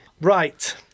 Right